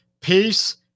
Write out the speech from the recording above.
peace